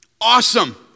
Awesome